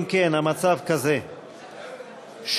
אם כן, המצב כזה: 16,